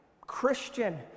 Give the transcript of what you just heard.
Christian